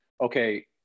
Okay